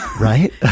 Right